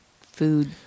food